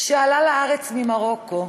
שעלה לארץ ממרוקו,